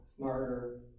smarter